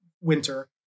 winter